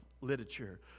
literature